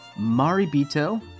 Maribito